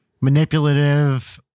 Manipulative